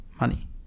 money